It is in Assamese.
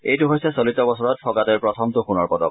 এইটো হৈছে চলিত বছৰত ফগাতেৰ প্ৰথমটো সোণৰ পদক